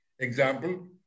example